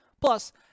Plus